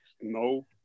no